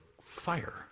fire